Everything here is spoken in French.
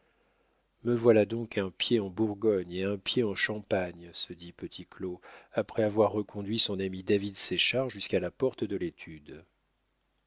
me voilà donc un pied en bourgogne et un pied en champagne se dit petit claud après avoir reconduit son ami david séchard jusqu'à la porte de l'étude